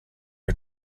are